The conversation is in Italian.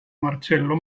marcello